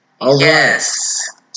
Yes